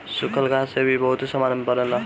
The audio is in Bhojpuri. सूखल घास से भी बहुते सामान बनेला